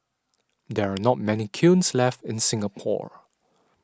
there are not many kilns left in Singapore